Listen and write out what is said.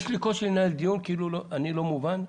יש לי קושי לנהל דיון כשאני חש שאני לא מובן,